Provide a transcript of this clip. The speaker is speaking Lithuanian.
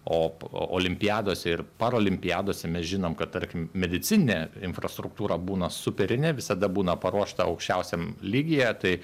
o olimpiadose ir parolimpiadose mes žinom kad tarkim medicininė infrastruktūra būna superinė visada būna paruošta aukščiausiam lygyje tai